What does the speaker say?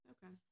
Okay